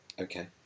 Okay